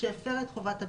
שהפר את חובת הבידוד.